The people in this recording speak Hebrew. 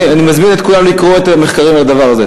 אני מזמין את כולם לקרוא את המחקרים על הדבר הזה.